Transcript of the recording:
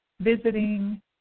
visiting